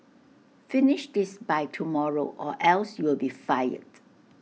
finish this by tomorrow or else you'll be fired